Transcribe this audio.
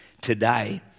today